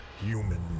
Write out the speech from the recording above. human